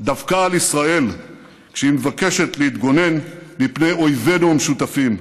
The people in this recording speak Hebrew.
דווקא על ישראל כשהיא מבקשת להתגונן מפני אויבינו המשותפים.